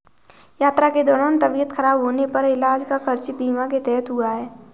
यात्रा के दौरान तबियत खराब होने पर इलाज का खर्च बीमा के तहत हुआ